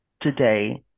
today